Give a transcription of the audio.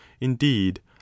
indeed